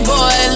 Boy